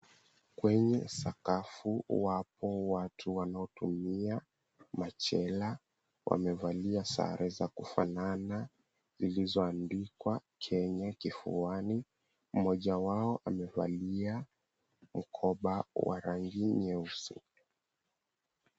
Kwenye sakafu , wapo watu wanaotumia machela, wamevalia sare za kufanana zilizoandikwa, KENYA kifuani. Mmoja wao amevalia mkoba wa rangi nyeusi.